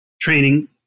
training